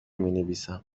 مینویسم